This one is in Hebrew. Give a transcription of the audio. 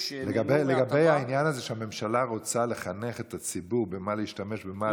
לגבי העניין הזה שהממשלה רוצה לחנך את הציבור במה להשתמש ובמה לא,